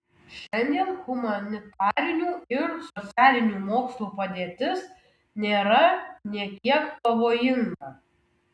šiandien humanitarinių ir socialinių mokslų padėtis nėra nė kiek pavojinga